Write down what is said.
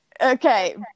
Okay